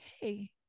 hey